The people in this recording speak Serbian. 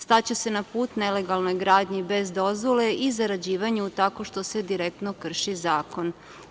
Staće se na put nelegalnoj gradnji bez dozvole i zarađivanju tako što se direktno krši zakon.